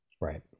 Right